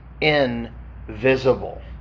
invisible